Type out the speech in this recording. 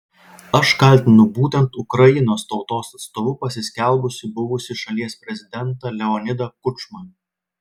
aš kaltinu būtent ukrainos tautos atstovu pasiskelbusį buvusį šalies prezidentą leonidą kučmą